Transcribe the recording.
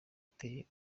iteye